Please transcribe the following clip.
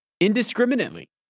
indiscriminately